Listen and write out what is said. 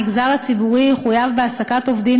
המגזר הציבורי יחויב בהעסקת עובדים עם